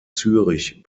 zürich